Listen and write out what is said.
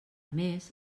més